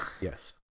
Yes